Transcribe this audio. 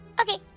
okay